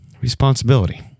responsibility